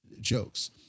jokes